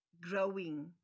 growing